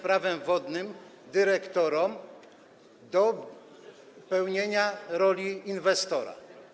Prawem wodnym dyrektorom do pełnienia roli inwestora.